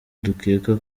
dukeka